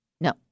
no